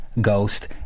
ghost